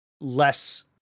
less